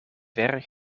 ver